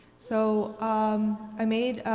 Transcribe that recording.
so um i made,